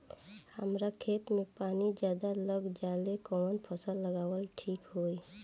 हमरा खेत में पानी ज्यादा लग जाले कवन फसल लगावल ठीक होई?